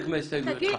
בחלק מההסתייגויות שלך.